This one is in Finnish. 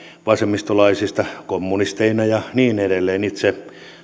vasemmistolaisista kommunisteina ja niin edelleen kun itse